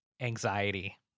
anxiety